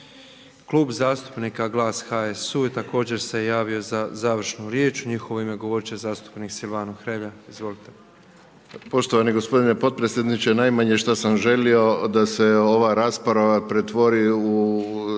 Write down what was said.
Klub zastupnika Glas-HSU također se javio za završnu riječ, u njihov ime govorit će zastupnik Silvano Hrelja, izvolite. **Hrelja, Silvano (HSU)** Poštovani gospodine potpredsjedniče. Najmanje što sam želio da se ova rasprava pretvori što